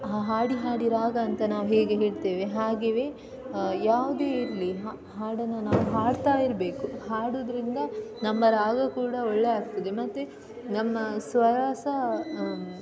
ಹಾಡಿ ಹಾಡಿ ರಾಗ ಅಂತ ನಾವು ಹೇಗೆ ಹೇಳ್ತೇವೆ ಹಾಗೆಯೇ ಯಾವುದೇ ಇರಲಿ ಹಾಡನ್ನು ನಾವು ಹಾಡ್ತಾಯಿರಬೇಕು ಹಾಡೋದ್ರಿಂದ ನಮ್ಮ ರಾಗ ಕೂಡ ಒಳ್ಳೆ ಆಗ್ತದೆ ಮತ್ತೆ ನಮ್ಮ ಸ್ವರ ಸಹಾ